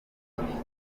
igihe